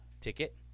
ticket